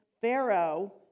Pharaoh